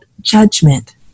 judgment